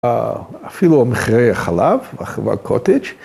‫אפילו מחירי החלב, החלב והקוטג'.